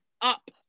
up